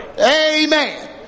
Amen